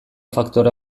faktore